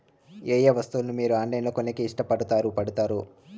ఏయే వస్తువులను మీరు ఆన్లైన్ లో కొనేకి ఇష్టపడుతారు పడుతారు?